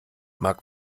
mag